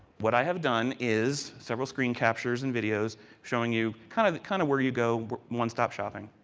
what i have done is several screen captures and videos showing you kind of kind of where you go one-stop shopping.